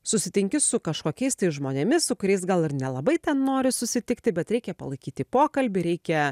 susitinki su kažkokiais tai žmonėmis su kuriais gal ir nelabai ten nori susitikti bet reikia palaikyti pokalbį reikia